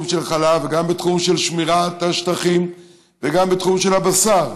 של חלב וגם בתחום של שמירת השטחים וגם בתחום של הבשר,